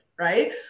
right